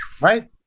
Right